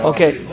Okay